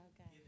Okay